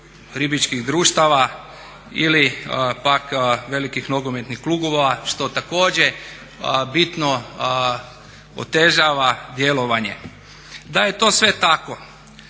ribičkih društava ili pak velikih nogometnih klubova što također bitno otežava djelovanje. Da je to sve tako